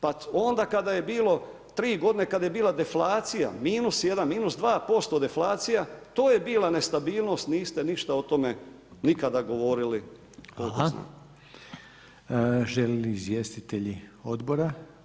Pa onda kada je bilo 3 godine, kad je bila deflacija, -1, -2% deflacija, to je bila nestabilnost, niste ništa o tome nikada govorili koliko znam.